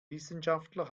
wissenschaftler